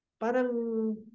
parang